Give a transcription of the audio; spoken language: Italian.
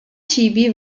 cibi